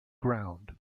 ground